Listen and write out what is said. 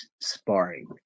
sparring